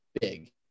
big